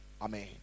Amen